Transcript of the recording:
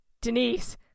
Denise